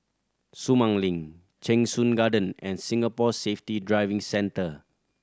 Sumang Link Cheng Soon Garden and Singapore Safety Driving Centre